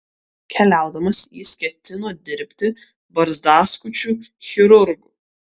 keliaudamas jis ketino dirbti barzdaskučiu chirurgu